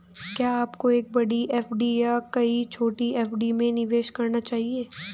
क्या आपको एक बड़ी एफ.डी या कई छोटी एफ.डी में निवेश करना चाहिए?